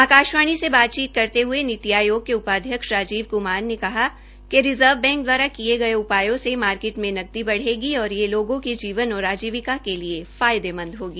आकाशवाणी से बातचीत करते हये नीति आयोग के उपाध्यक्ष राजीव क्मार ने कहा कि रिज़र्व बैंक दवारा किये गये उपायों से मार्किट में नकदी बढ़ेगी और यह लोगों के जीवन और आजीविका के लिए फायदेमंद होगी